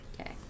Okay